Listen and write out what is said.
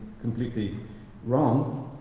completely wrong.